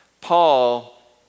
Paul